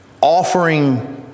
offering